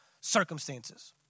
circumstances